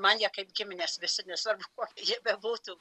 man jie kaip giminės visi nesvarbu kuo jie bebūtų